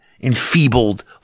Enfeebled